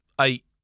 eight